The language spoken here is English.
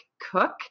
Cook